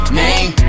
name